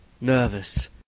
nervous